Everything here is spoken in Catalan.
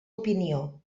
opinió